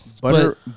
Butter